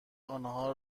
آنها